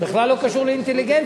בכלל לא קשור לאינטליגנציה.